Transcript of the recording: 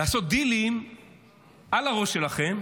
לעשות דילים על הראש שלכם,